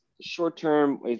short-term